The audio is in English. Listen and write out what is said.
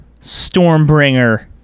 Stormbringer